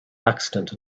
accident